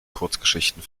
kurzgeschichten